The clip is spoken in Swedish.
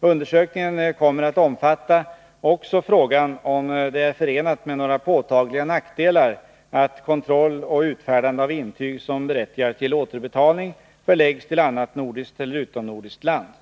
Undersökningen kommer att omfatta också frågan om det är förenat med några påtagliga nackdelar att kontroll och utfärdande av intyg som berättigar till återbetalning förläggs till annat nordiskt eller utomnordiskt land.